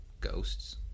ghosts